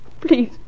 Please